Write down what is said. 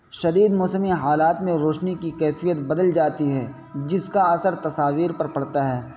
شدید موسمی حالات میں روشنی کی کیفیت بدل جاتی ہے جس کا اثر تصاویر پر پڑتا ہے